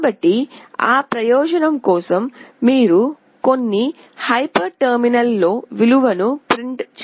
కాబట్టి ఆ ప్రయోజనం కోసం మీరు కొన్ని హైపర్ టెర్మినల్లో విలువను ప్రింట్ చేయాలి